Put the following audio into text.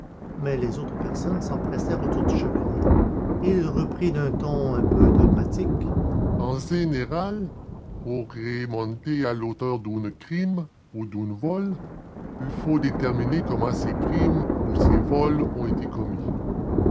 mais les autres personnes s'empressèrent autour du chevalier et il reprit d'un ton un peu dogmatique en général pour remonter à l'auteur d'un crime ou d'un vol il faut déterminer comment ce crime ou ce vol ont été commis